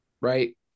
right